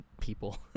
people